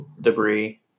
debris